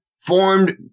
formed